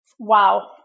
Wow